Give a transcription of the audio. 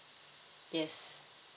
yes